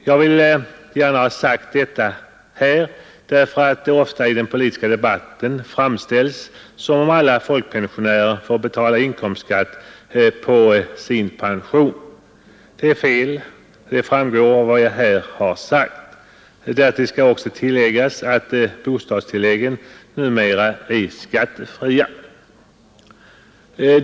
Jag vill gärna ha sagt detta, därför att saken ofta i den politiska debatten framställs som om alla folkpensionärer får betala inkomstskatt på sin pension. Det är fel — det framgår av vad jag sagt. Därtill skall läggas att bostadstilläggen numera är skattefria.